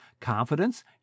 Confidence